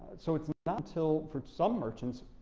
so it's not until, for some merchants,